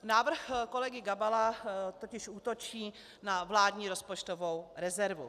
Návrh kolegy Gabala totiž útočí na vládní rozpočtovou rezervu.